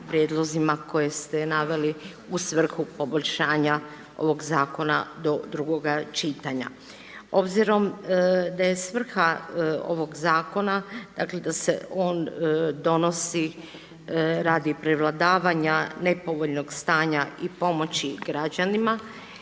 koje ste naveli u svrhu poboljšanja ovog zakona do drugoga čitanja. Obzirom da je svrha ovog zakona da se on donosi radi prevladavanja nepovoljnog stanja i pomoći građanima,